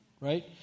right